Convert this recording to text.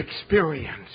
experience